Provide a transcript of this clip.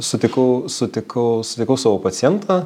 sutikau sutikau sutikau savo pacientą